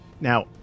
Now